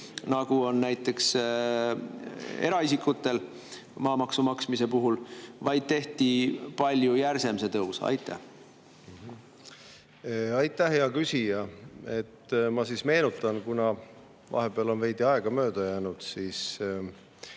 nagu on näiteks eraisikutel maamaksu maksmise puhul, vaid tehti palju järsem tõus? Aitäh, hea küsija! Ma meenutan, kuna vahepeal on veidi aega mööda läinud, et